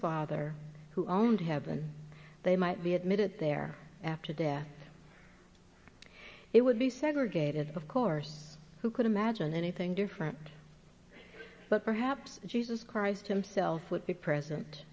father who owned heaven they might be admitted there after death it would be segregated of course who could imagine anything different but perhaps jesus christ himself would be present